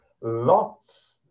lots